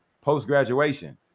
post-graduation